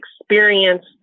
experienced